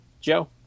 Joe